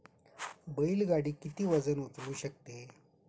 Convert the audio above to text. बैल गाडी किती वजन उचलू शकते?